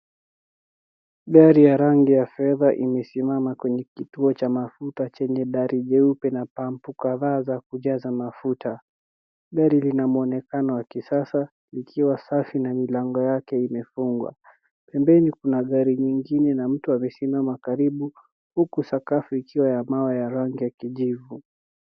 Gari ya rangi ya fedha imesimama kwenye kituo cha mafuta chenye gari nyeupe na pump kadhaa za kujaza mafuta. Gari lina mwonekano wa kisasa likiwa safi na milango yake imefungwa. Pembeni kuna gari nyingine na mtu amesimama karibu huku sakafu ikiwa ya mawe ya rangi ya kijivu.